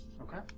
Okay